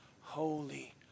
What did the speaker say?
holy